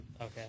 Okay